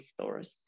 stores